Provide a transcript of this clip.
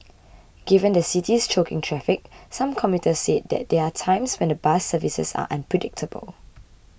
given the city's choking traffic some commuters said there are times when the bus services are unpredictable